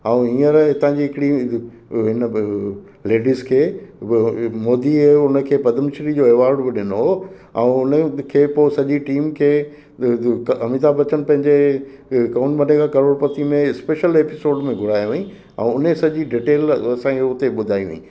ऐं हींअर हितां जी हिकिड़ी हिन बि लेडीज़ खे मोदीअ हुनखे पदम श्री जो अवॉड बि ॾिनो हुओ ऐं हुनखे पोइ सॼी टीम खे अमिताभ बच्चन पंहिंजे कौन बनेगा करोड़पति में स्पेशल एपिसोड में घुरायो हुअई ऐं हुन सॼी डिटेल असांखे हुते ॿुधाई हुअई